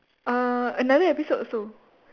uh another episode also